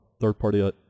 third-party